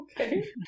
Okay